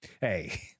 Hey